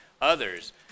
others